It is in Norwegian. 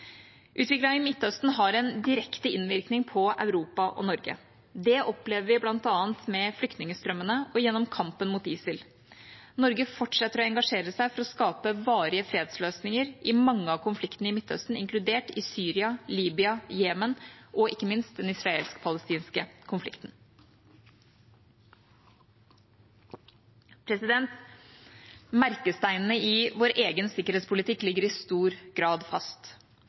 i Midtøsten har en direkte innvirkning på Europa og Norge. Det opplever vi bl.a. med flyktningstrømmene og gjennom kampen mot ISIL. Norge fortsetter å engasjere seg for å skape varige fredsløsninger i mange av konfliktene i Midtøsten, inkludert i Syria, Libya, Jemen og ikke minst den israelsk-palestinske konflikten. Merkesteinene i vår egen sikkerhetspolitikk ligger i stor grad fast.